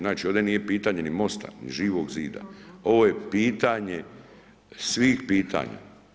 Znači, ovdje nije pitanje ni MOST-a, ni Živog zida, ovo je pitanje svih pitanja.